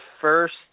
first